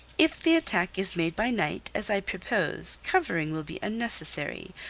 if the attack is made by night, as i propose, covering will be unnecessary.